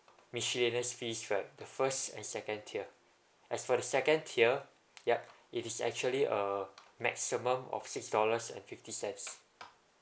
miscellaneous fees right the first and second tier as for the second tier yup it is actually a maximum of six dollars and fifty cents